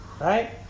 Right